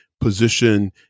Position